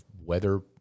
weather